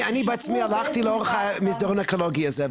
אני הלכתי בעצמי לאורך המסדרון האקולוגי הזה.